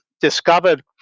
discovered